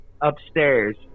upstairs